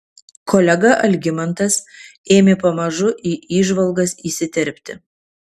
kolega algimantas ėmė pamažu į įžvalgas įsiterpti